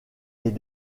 est